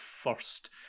first